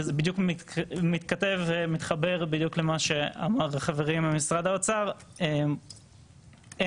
וזה מתחבר בדיוק למה שאמר חברי ממשרד האוצר: כיום,